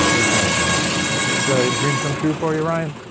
there's no one there. this a dream come true for you ryan?